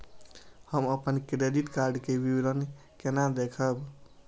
हम अपन credit card के विवरण केना देखब?